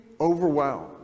overwhelmed